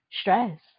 stress